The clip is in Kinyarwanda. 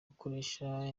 ukoresha